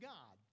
God